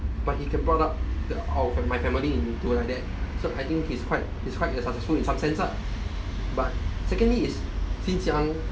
but he can brought up our my family into like that so I think he's quite he's quite a successful in some sense lah but secondly is since young